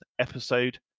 episode